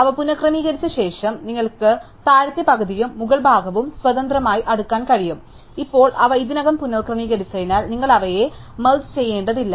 അവ പുനക്രമീകരിച്ച ശേഷം നിങ്ങൾക്ക് താഴത്തെ പകുതിയും മുകൾ ഭാഗവും സ്വതന്ത്രമായി അടുക്കാൻ കഴിയും ഇപ്പോൾ അവ ഇതിനകം പുക്രമീകരിച്ചതിനാൽ നിങ്ങൾ അവയെ മെർജ് ചെയ്യേണ്ടതില്ല